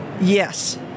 yes